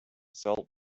salt